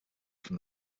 from